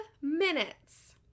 minutes